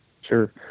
Sure